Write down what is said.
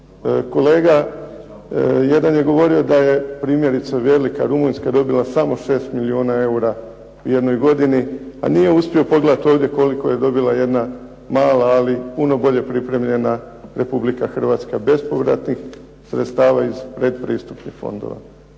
Kolega jedan je govorio da je primjerice velika Rumunjska dobila samo 6 milijuna eura u jednoj godini, a nije uspio pogledati koliko je dobila jedna mala ali puno bolje pripremljena Republika Hrvatska bespovratnih sredstava iz pretpristupnih fondova.